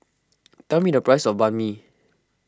tell me the price of Banh Mi